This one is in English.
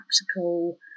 practical